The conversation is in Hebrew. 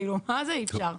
כאילו, מה זה אי אפשר?